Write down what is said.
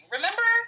Remember